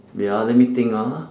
wait ah let me think ah